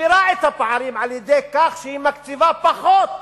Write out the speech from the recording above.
שמגבירה את הפערים על-ידי כך שהיא מקציבה פחות